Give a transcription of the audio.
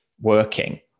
working